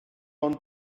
ond